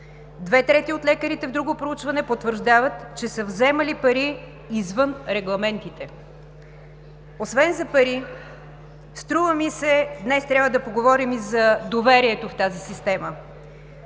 Две трети от лекарите в друго проучване потвърждават, че са вземали пари извън регламентите. Освен за пари, струва ми се, днес трябва да говорим и за доверието в тази система.